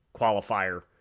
qualifier